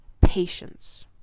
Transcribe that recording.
patience